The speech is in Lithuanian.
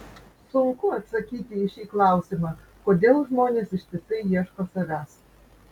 sunku atsakyti į šį klausimą kodėl žmonės ištisai ieško savęs